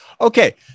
Okay